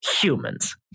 humans